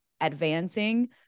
advancing